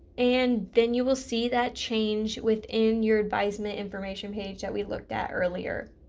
and then you will see that change within your advisement information page that we looked at earlier